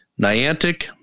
Niantic